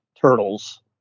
Turtles